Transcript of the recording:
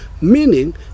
meaning